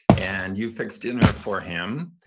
and you fix dinner for him.